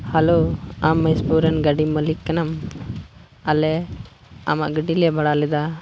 hello ᱟᱢ ᱢᱚᱦᱮᱥᱯᱩᱨ ᱨᱮᱱ ᱜᱟᱹᱰᱤ ᱢᱟᱹᱞᱤᱠ ᱠᱟᱱᱟᱢ ᱟᱞᱮ ᱟᱢᱟᱜ ᱜᱟᱹᱰᱤᱞᱮ ᱵᱷᱟᱲᱟ ᱞᱮᱫᱟ